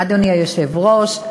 אדוני היושב-ראש,